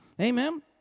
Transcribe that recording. Amen